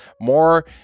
more